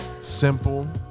simple